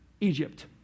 Egypt